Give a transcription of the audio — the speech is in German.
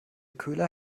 köhler